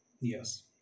yes